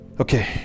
okay